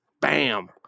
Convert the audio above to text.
Bam